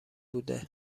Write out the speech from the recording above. بوده